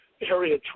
area